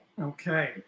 Okay